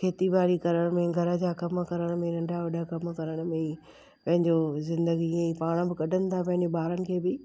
खेती ॿाड़ी करण में घर जा कम करण में नंढा वॾा कम करण में ई पंहिंजो ज़िन्दगी ईअं ई पाण बि कढनि था पंहिंजो ॿारनि खे बि